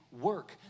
work